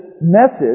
message